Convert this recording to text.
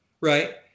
right